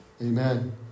Amen